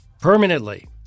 permanently